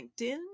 linkedin